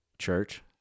church